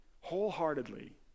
wholeheartedly